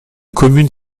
commune